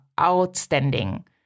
outstanding